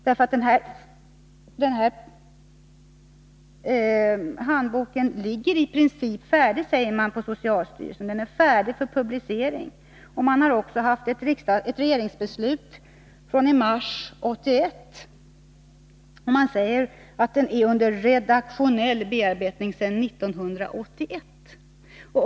På socialstyrelsen säger man nämligen att denna handbok är färdig för publicering. Det finns ett regeringsbeslut i frågan från mars 1981, och man lämnar nu beskedet att handboken varit under redaktionell bearbetning sedan 1981.